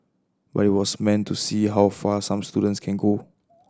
but it was meant to see how far some students can go